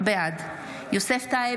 בעד יוסף טייב,